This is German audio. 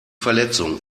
verletzung